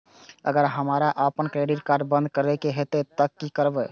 अगर हमरा आपन क्रेडिट कार्ड बंद करै के हेतै त की करबै?